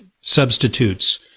substitutes